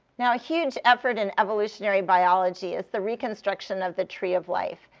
now, a huge effort in evolutionary biology is the reconstruction of the tree of life.